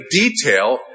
detail